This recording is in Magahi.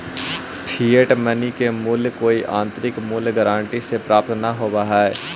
फिएट मनी के मूल्य कोई आंतरिक मूल्य गारंटी से प्राप्त न होवऽ हई